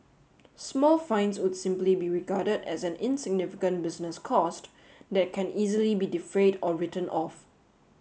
small fines would simply be regarded as an insignificant business cost that can easily be defrayed or written off